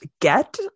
get